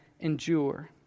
endure